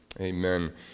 Amen